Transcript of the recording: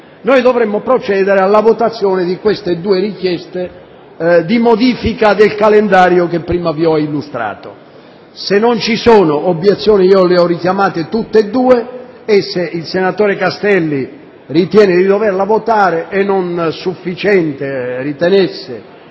due. Dovremmo ora procedere alla votazione di queste due richieste di modifica del calendario che prima vi ho illustrato. Se non ci sono obiezioni (io le ho richiamate tutte e due) e se il senatore Castelli ritiene di dover votare la sua proposta e non ritenesse